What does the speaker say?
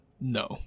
no